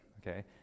okay